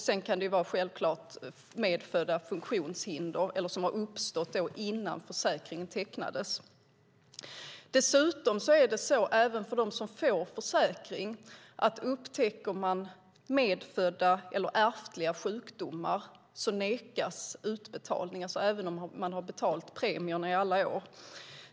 Sedan kan det självklart vara medfödda funktionshinder eller sådana som har uppstått innan försäkringen tecknades. Dessutom är det så även för dem som får försäkring att upptäcker man medfödda eller ärftliga sjukdomar nekas utbetalningen, även om man har betalat premierna i alla år.